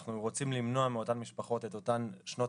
ואנחנו רוצים למנוע מאותן משפחות את אותן שנות